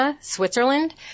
Switzerland